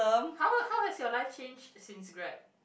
how how has your life change since Grab